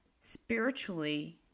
spiritually